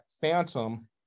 Phantom